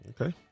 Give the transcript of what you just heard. Okay